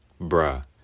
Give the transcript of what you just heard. bruh